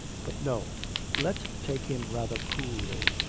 but no let's take him rather coolly.